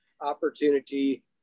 opportunity